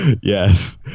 Yes